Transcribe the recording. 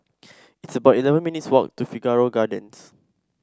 it's about eleven minutes' walk to Figaro Gardens